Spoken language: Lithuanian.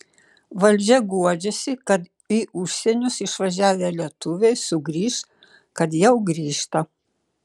valdžia guodžiasi kad į užsienius išvažiavę lietuviai sugrįš kad jau grįžta